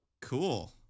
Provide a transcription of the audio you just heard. Cool